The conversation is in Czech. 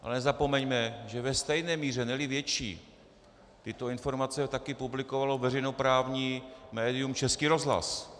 A nezapomeňme, že ve stejné míře, neli větší, tyto informace také publikovalo veřejnoprávní médium Český rozhlas.